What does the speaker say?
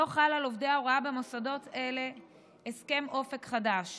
לא חל על עובדי ההוראה במוסדות אלה הסכם אופק חדש.